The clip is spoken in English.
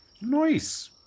Nice